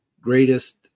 greatest